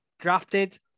Drafted